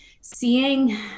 seeing